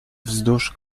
wzdłuż